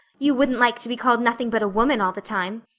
you wouldn't like to be called nothing but a woman all the time.